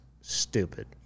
stupid